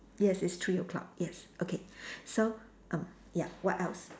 yes it's three o-clock yes okay so um ya what else